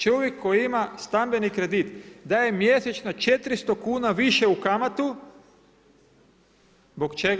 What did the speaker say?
Čovjek koji ima stambeni kredit daje mjesečno 400 kuna više u kamatu, zbog čega?